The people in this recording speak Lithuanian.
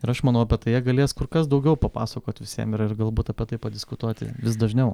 ir aš manau apie tai jie galės kur kas daugiau papasakot visiem ir ir galbūt apie tai padiskutuoti vis dažniau